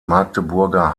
magdeburger